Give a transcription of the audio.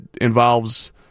involves